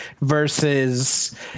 versus